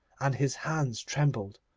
and his hands trembled.